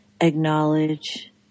acknowledge